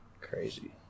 crazy